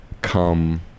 come